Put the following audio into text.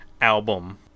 album